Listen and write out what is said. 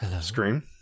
scream